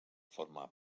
forma